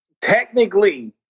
technically